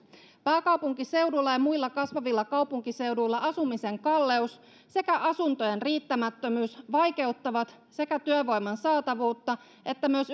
pääkaupunkiseudulla ja muilla kasvavilla kaupunkiseuduilla asumisen kalleus sekä asuntojen riittämättömyys vaikeuttavat sekä työvoiman saatavuutta että myös